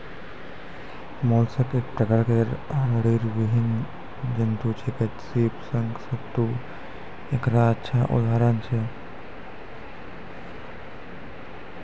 mollusc एक प्रकार के रीड़विहीन जंतु छेकै, सीप, शंख, सित्तु एकरो अच्छा उदाहरण छै